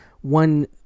one